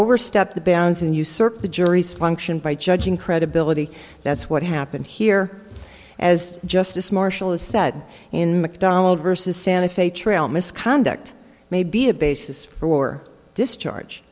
overstepped the bounds and usurped the jury's function by judging credibility that's what happened here as justice marshall has said in mcdonald versus santa fe trail misconduct may be a basis for this charge